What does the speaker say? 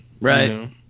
Right